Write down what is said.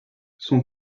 son